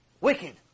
Wicked